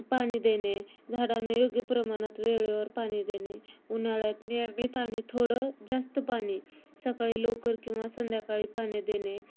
पाणी देणे झाडांना योग्य प्रमाणात वेळेवर पाणी देने उन्हाळ्यात नियमित आणि थोडं जास्त पाणी सकाळी लवकर किंवा संध्याकाळी पाणी देणे